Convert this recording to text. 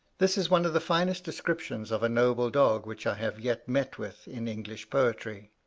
this is one of the finest descriptions of a noble dog which i have yet met with in english poetry.